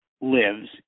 lives